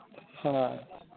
ᱦᱳᱭ